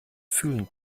fühlen